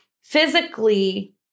physically